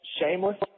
Shameless